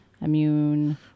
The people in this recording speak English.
immune